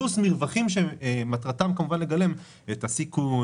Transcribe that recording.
חצי אחוז פלוס מרווחים שמטרתם כמובן לגלם את הסיכון,